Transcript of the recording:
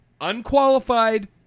unqualified